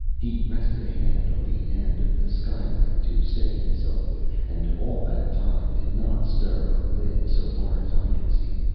he rested a hand on the end of the skylight to steady himself with, and all that time did not stir a limb, so far as i could see.